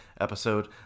episode